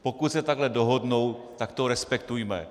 Pokud se takto dohodnou, tak to respektujme.